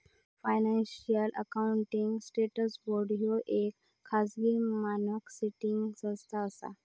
financial accounting standards board ह्या येक खाजगी मानक सेटिंग संस्था असा